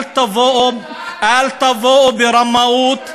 אל תבואו ברמאות,